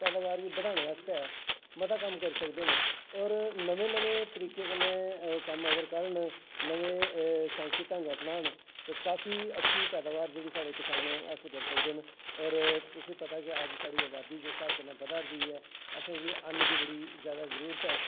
पैदाबार गी बदानै आस्तै मता कम्म करी सकदे न और नमें नमें तरीके कन्नै कम्म अगर करन साईंसी ढंग अपनान ते काफी अच्छी पैदावार कसान करी सकदे न ते तुसेंगी पता ऐ जिस हिसाब कन्नै साढ़ी अवादी बदारदी ऐ असें गी अन्न दी बड़ी जादा जरूरत ऐ और